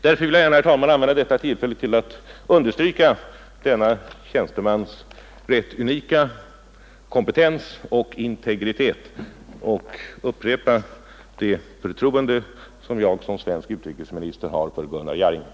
Därför vill jag gärna, herr talman, begagna detta tillfälle att understryka denne tjänstemans rätt unika kompetens och integritet och upprepa det förtroende jag som svensk utrikesminister har för Gunnar Jarring.